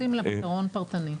מוצאים לה פתרון פרטני.